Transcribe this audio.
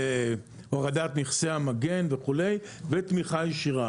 הורדת מכסי המגן וכו' ותמיכה ישירה,